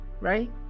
right